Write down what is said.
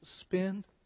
spend